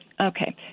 Okay